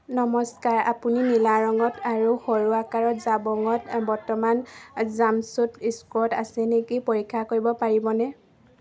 নমস্কাৰ আপুনি নীলা ৰঙত আৰু সৰু আকাৰত জাবঙত বৰ্তমান জাম্পছুট স্কট আছে নেকি পৰীক্ষা কৰিব পাৰিবনে